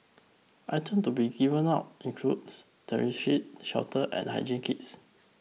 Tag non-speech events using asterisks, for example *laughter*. items to be given out includes *unintelligible* sheet shelter and hygiene kits